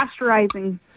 Pasteurizing